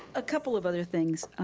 a couple of other things.